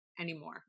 anymore